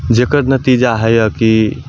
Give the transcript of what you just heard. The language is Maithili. जेकर नतीजा होइया कि